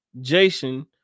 Jason